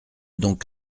donc